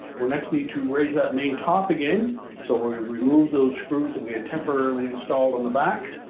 we next need to raise that main top again so we remove those screws that we had temporarily installed on the back,